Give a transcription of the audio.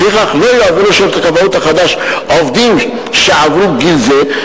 לפיכך לא יועברו לשירות הכבאות החדש עובדים שעברו גיל זה,